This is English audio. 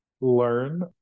learn